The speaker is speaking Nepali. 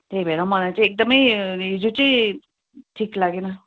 त्यही भएर मलाई चाहिँ एकदमै हिजो चाहिँ ठिक लागेन